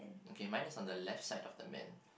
okay mine is on the left side of the man